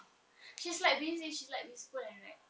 she's like busy she's like with school and like